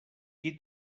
qui